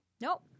nope